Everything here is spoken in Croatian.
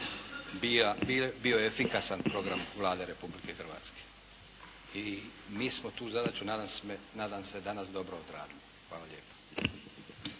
bio efikasan program Vlade Republike Hrvatske i mi smo tu zadaću nadam se danas dobro odradili. Hvala lijepa.